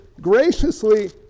graciously